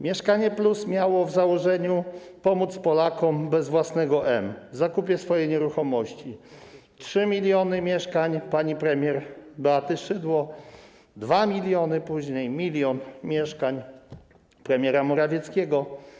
Mieszkanie+” miało w założeniu pomóc Polakom bez własnego M w zakupie nieruchomości: 3 mln mieszkań pani premier Beaty Szydło, później 2 mln, 1 mln mieszkań premiera Morawieckiego.